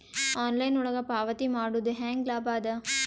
Online ಒಳಗ ಪಾವತಿ ಮಾಡುದು ಹ್ಯಾಂಗ ಲಾಭ ಆದ?